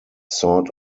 sort